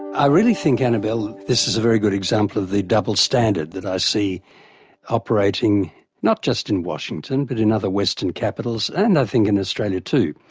i really think, annabelle, this is a very good example of the double standard that i see operating not just in washington, but in other western capitals and i think in australia too.